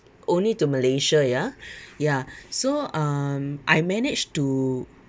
only to malaysia ya ya so um I managed to